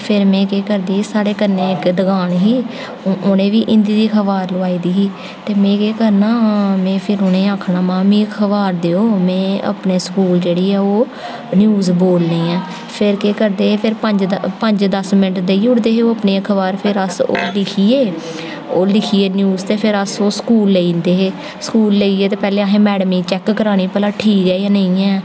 फिर में केह् करदी ही साढ़े कन्नै इक दुकान ही उ'नें बी हिन्दी दी अखबार लोआई दी ही ते में केह् करना में उ'नें गी आखना महां मिगी अखबार देयो में अपने स्कूल जेह्ड़ी ऐ ओह् न्यूज़ बोलनी ऐ फिर केह् करदे हे फिर पंज दस मैंट देई ओड़दे हे ओह् अपनी अखबार फिर अस लिखियै लिखियै न्यूज़ ते फिर अस ओह् स्कूल लेई जंदे हे स्कूल लेइयै ते पैह्लें असें मैडम गी चेक कराने भला कि ठीक ऐ कि नेईं ऐ